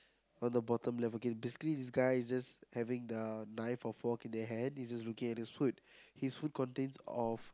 from the bottom left okay basically this guy is just having the knife or fork in the hand he's just looking at his food his food contains of